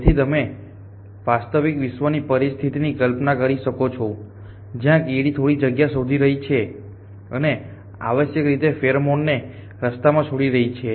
તેથી તમે વાસ્તવિક વિશ્વની પરિસ્થિતિની કલ્પના કરી શકો છો જ્યાં કીડીઓ થોડી જગ્યા શોધી રહી છે અને આવશ્યકરીતે ફેરોમોનને રસ્તામાં છોડી રહી છે